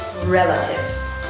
relatives